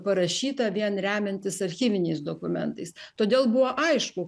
parašyta vien remiantis archyviniais dokumentais todėl buvo aišku